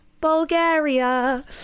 bulgaria